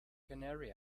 canary